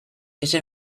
ese